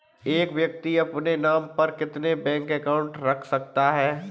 एक व्यक्ति अपने नाम पर कितने बैंक अकाउंट रख सकता है?